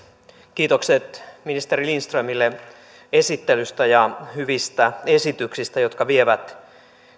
kiitokset ministeri lindströmille esittelystä ja hyvistä esityksistä jotka vievät